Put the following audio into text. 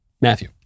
Matthew